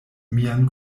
mian